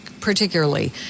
particularly